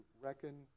reckon